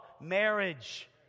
marriage